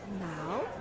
now